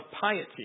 piety